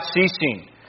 ceasing